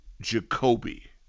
Jacoby